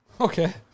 Okay